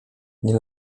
nie